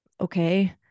okay